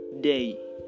day